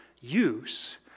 use